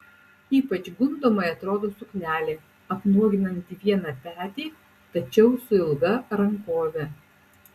ypač gundomai atrodo suknelė apnuoginanti vieną petį tačiau su ilga rankove